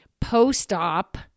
post-op